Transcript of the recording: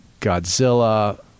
Godzilla